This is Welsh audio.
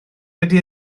dydy